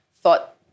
thought